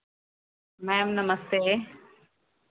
ma'am नमस्ते